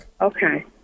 Okay